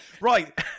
Right